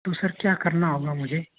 तो सर क्या करना होगा मुझे